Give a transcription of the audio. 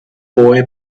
boy